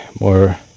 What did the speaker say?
more